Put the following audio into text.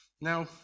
Now